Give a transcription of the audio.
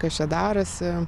kas čia darosi